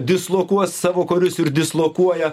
dislokuos savo karius ir dislokuoja